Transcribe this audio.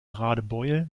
radebeul